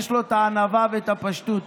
יש לו את הענווה ואת הפשטות